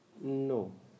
No